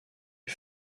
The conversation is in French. des